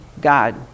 God